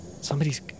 Somebody's